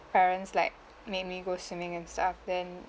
parents like made me go swimming and stuff then